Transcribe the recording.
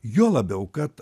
juo labiau kad